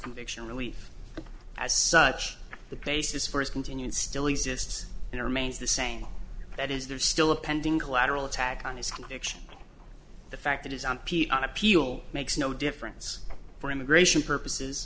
conviction relief as such the basis for his continued still exists and remains the same that is there still a pending collateral attack on his conviction the fact that is an appeal makes no difference for immigration purposes